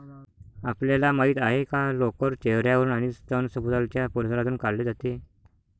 आपल्याला माहित आहे का लोकर चेहर्यावरून आणि स्तन सभोवतालच्या परिसरातून काढले जाते